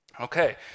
Okay